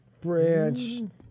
Branch